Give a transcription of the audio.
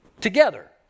together